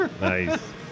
Nice